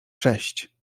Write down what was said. sześć